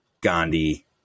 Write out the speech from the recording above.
Gandhi